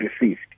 received